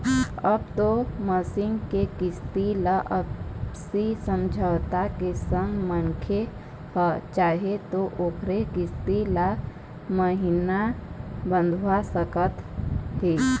अब ओ मसीन के किस्ती ल आपसी समझौता के संग मनखे ह चाहे त ओखर किस्ती ल महिना बंधवा सकत हे